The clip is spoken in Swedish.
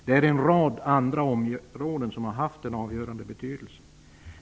Det finns en rad andra faktorer som har haft en avgörande betydelse.